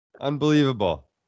Unbelievable